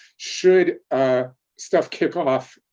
should stuff kick off,